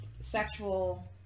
sexual